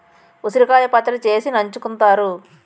ఉసిరికాయ పచ్చడి చేసి నంచుకుంతారు